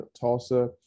Tulsa